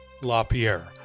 LaPierre